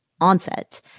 onset